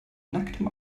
nacktem